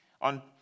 On